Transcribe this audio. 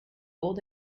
old